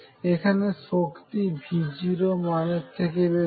এখানে শক্তি V0 মানের থেকে বেশি